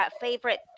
favorite